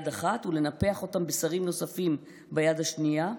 אחת ולנפח אותם בשרים נוספים ביד השנייה,